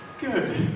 good